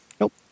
Nope